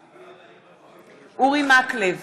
בעד אורי מקלב,